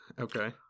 okay